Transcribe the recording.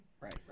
right